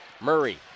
Murray